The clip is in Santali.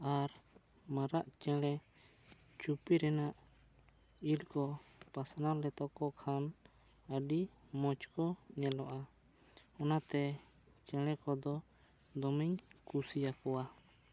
ᱟᱨ ᱢᱟᱨᱟᱜ ᱪᱮᱬᱮ ᱪᱩᱯᱤ ᱨᱮᱱᱟᱜ ᱤᱞ ᱠᱚ ᱯᱟᱥᱱᱟᱣ ᱞᱮᱛᱚᱠᱚ ᱠᱷᱟᱱ ᱟᱹᱰᱤ ᱢᱚᱡᱽ ᱠᱚ ᱧᱮᱞᱚᱜᱼᱟ ᱚᱱᱟᱛᱮ ᱪᱮᱬᱮ ᱠᱚ ᱫᱚ ᱫᱚᱢᱮᱧ ᱠᱩᱥᱤᱭᱟᱠᱚᱣᱟ